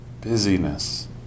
busyness